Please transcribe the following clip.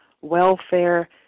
welfare